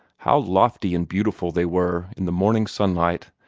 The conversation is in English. how lofty and beautiful they were in the morning sunlight,